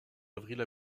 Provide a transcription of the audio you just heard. avril